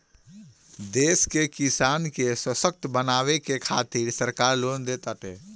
देश के किसान के ससक्त बनावे के खातिरा सरकार लोन देताटे